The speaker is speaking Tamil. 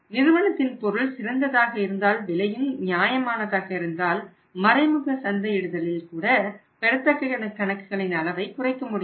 நிறுவனத்தின் பொருள் சிறந்ததாக இருந்தால் விலையும் நியாயமானதாக இருந்தால் மறைமுக சந்தையிடுதலில் கூட பெறத்தக்க கணக்குகளின் அளவை குறைக்க முடியும்